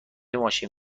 ماشین